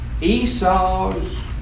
Esau's